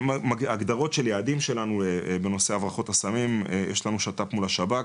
ההגדרות של היעדים שלנו בנושא הברחות הסמים: יש לנו שת"פ מול השב"כ,